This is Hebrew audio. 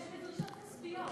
למה לאיים בדרישות כספיות?